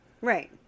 Right